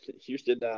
Houston